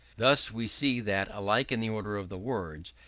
thus we see that alike in the order of the words,